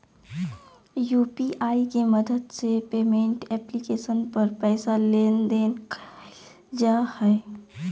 UPI के मदद से पेमेंट एप्लीकेशन पर पैसा लेन देन कइल जा हइ